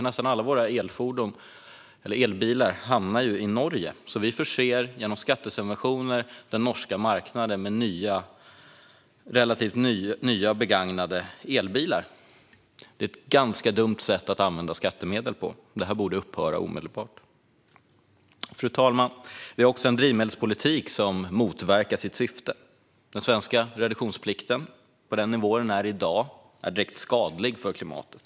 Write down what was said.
Nästan alla våra elbilar hamnar där, så genom skattesubventioner förser vi den norska marknaden med nästan nya elbilar. Det är ett ganska dumt sätt att använda skattemedel, och det borde upphöra omedelbart. Fru talman! Vi har också en drivmedelspolitik som motverkar sitt syfte. Den svenska reduktionsplikten är på dagens nivå direkt skadlig för klimatet.